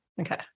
okay